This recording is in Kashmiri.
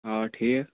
آ ٹھیٖک